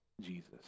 Jesus